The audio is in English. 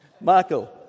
Michael